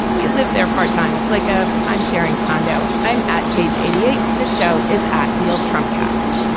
and we live there part time. it's like a timesharing condo. i'm at page eighty eight. the show is at real trump cast.